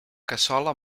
cassola